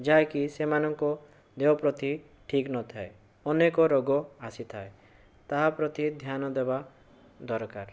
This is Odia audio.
ଯାହାକି ସେମାନଙ୍କ ଦେହପ୍ରତି ଠିକ ନଥାଏ ଅନେକ ରୋଗ ଆସିଥାଏ ତା' ପ୍ରତି ଧ୍ୟାନ ଦେବା ଦରକାର